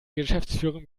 geschäftsführung